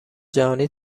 جهانی